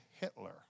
Hitler